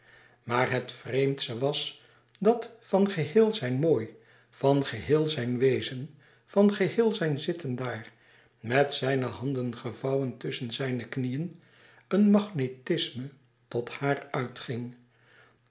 maar het vreemdste was dat van geheel zijn mooi van geheel zijn wezen van geheel zijn zitten daar met zijne handen gevouwen tusschen zijne knieën een magnetisme tot haar uitging